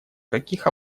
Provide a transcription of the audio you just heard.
каких